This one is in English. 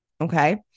okay